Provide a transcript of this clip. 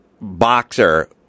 boxer